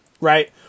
right